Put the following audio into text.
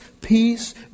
peace